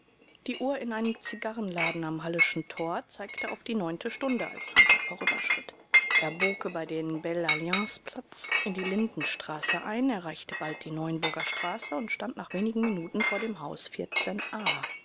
die uhr in einem zigarrenladen am halleschen tor zeigte auf die neunte stunde als hunter vorüberschritt er bog über den belle-alliance-platz in die lindenstraße ein erreichte bald die neuenburger straße und stand nach wenigen minuten vor dem haus a